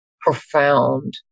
profound